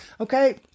Okay